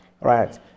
Right